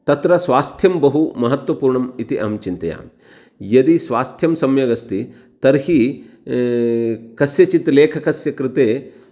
तत्र स्वास्थ्यं बहु महत्वपूर्णम् इति अहं चिन्तयामि यदि स्वास्थ्यं सम्यगस्ति तर्हि कस्यचित् लेखकस्य कृते